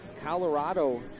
Colorado